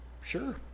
sure